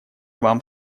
вам